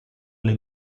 alle